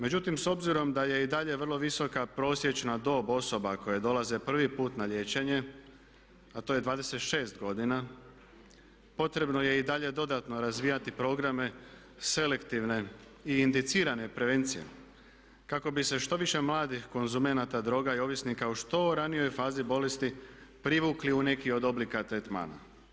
Međutim, s obzirom da je i dalje vrlo visoka prosječna dob osoba koje dolaze prvi put na liječenje a to je 26 godina potrebno je i dalje dodatno razvijati programe selektivne i indicirane prevencije kako bi se što više mladih konzumenata droga i ovisnika u što ranijoj fazi bolesti privukli u neki od oblika tretmana.